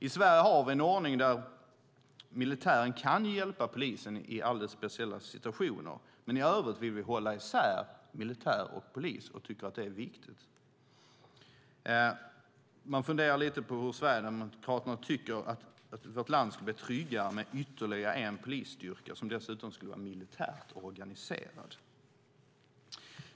I Sverige har vi en ordning där militären kan hjälpa polisen i alldeles speciella situationer, men i övrigt tycker vi att det är viktigt att hålla isär militär och polis. Man funderar på hur Sverigedemokraterna kan tycka att vårt land skulle bli tryggare med ytterligare en polisstyrka som dessutom skulle vara militärt organiserad.